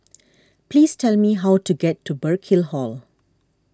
please tell me how to get to Burkill Hall